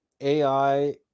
AI